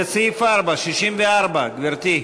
לסעיף 4, 64, גברתי,